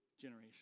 generation